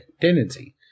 tendency